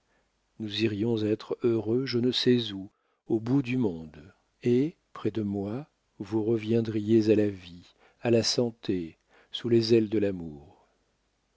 nous irions être heureux je ne sais où au bout du monde et près de moi vous reviendriez à la vie à la santé sous les ailes de l'amour